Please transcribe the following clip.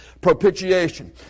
propitiation